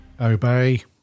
Obey